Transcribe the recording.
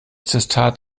testat